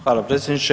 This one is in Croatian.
Hvala predsjedniče.